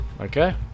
Okay